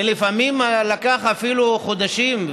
ולפעמים נדרשו אפילו חודשים,